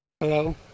Hello